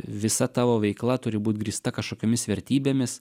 visa tavo veikla turi būt grįsta kašokiomis vertybėmis